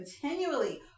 continually